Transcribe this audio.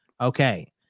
Okay